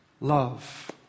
love